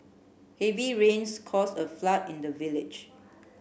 heavy rains cause a flood in the village